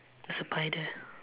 there's a pie there